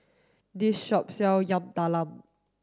this shop sell Yam Talam